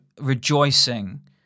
rejoicing